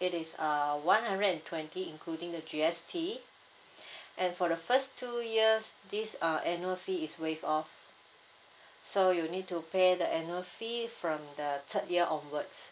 it is a one hundred and twenty including the G_S_T and for the first two years this uh annual fee is waive off so you need to pay the annual fee from the third year onwards